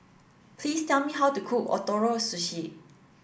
please tell me how to cook Ootoro Sushi